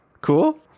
cool